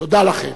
תודה לכם.